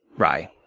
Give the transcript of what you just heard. rye.